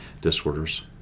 disorders